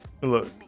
look